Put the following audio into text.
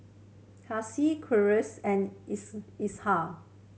Kasih Qalisha and Ishak